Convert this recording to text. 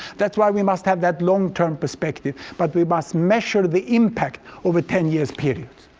that's why we must have that long-term perspective, but we must measure the impact over ten year periods.